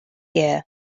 year